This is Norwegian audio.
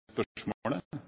spørsmålet.